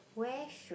where should